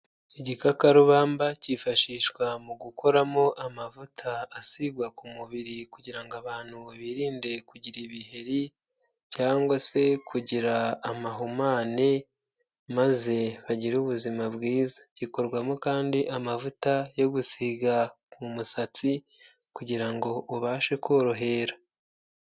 Igikakarubamba kifashishwa mu gukuramo amavuta asigwa ku mubiri kugira ngo abantu birinde kugira ibiheri, cyangwa se kugira amahumane maze bagire ubuzima bwiza, gikorwamo kandi amavuta yo gusiga mu musatsi kugira ngo ubashe korohera.